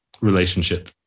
relationship